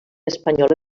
espanyola